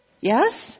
Yes